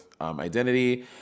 identity